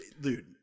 dude